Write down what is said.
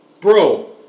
Bro